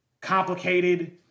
complicated